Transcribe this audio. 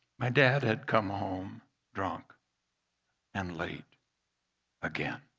my dad had come home drunk and late again.